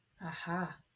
Aha